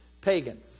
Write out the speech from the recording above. Pagan